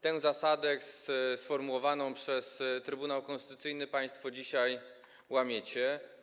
Tę zasadę sformułowaną przez Trybunał Konstytucyjny państwo dzisiaj łamiecie.